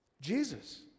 Jesus